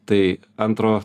tai antro